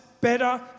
better